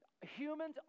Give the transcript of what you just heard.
humans